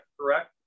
correct